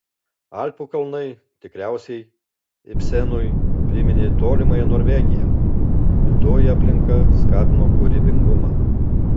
alpių kalnai tikriausiai ibsenui priminė tolimąją norvegiją ir toji aplinka skatino kūrybingumą